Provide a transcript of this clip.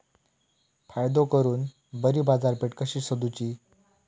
फायदो करून बरी बाजारपेठ कशी सोदुची?